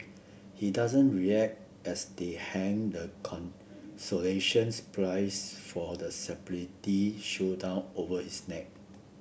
he doesn't react as they hang the consolations prize for the showdown over his neck